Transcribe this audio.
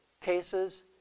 cases